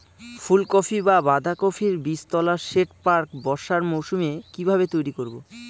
ফুলকপি বা বাঁধাকপির বীজতলার সেট প্রাক বর্ষার মৌসুমে কিভাবে তৈরি করব?